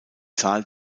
zahl